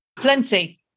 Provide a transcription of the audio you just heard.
Plenty